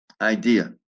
idea